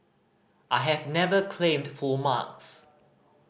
I have never claimed full marks